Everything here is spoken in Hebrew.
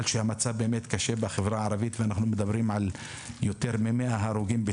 שהמצב באמת קשה בחברה הערבית אנחנו מדברים על יותר מ-100 הרוגים